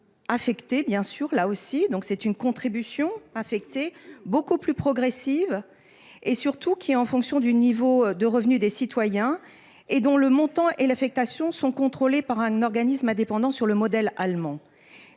mettre en place une contribution affectée beaucoup plus progressive et, surtout, fonction du niveau de revenus des citoyens, dont le montant et l’affectation seraient contrôlés par un organisme indépendant, sur le modèle allemand.